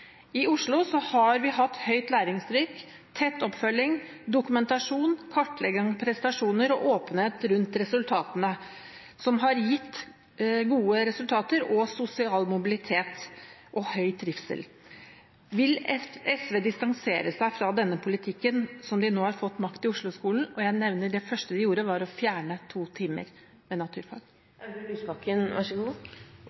I Oslo har vi hatt høyt læringstrykk, tett oppfølging, dokumentasjon, kartlegging av prestasjoner og åpenhet rundt resultatene, som har gitt gode resultater, sosial mobilitet og høy trivsel. Vil SV distansere seg fra denne politikken nå som de har fått makt i Oslo-skolen? Jeg nevner at det første de gjorde, var å fjerne to timer med naturfag.